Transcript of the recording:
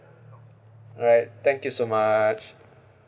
alright thank you so much